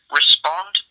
respond